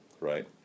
right